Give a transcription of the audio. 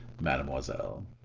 Mademoiselle